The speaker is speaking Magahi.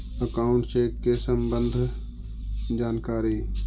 अकाउंट चेक के सम्बन्ध जानकारी?